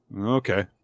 okay